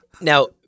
Now